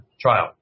trial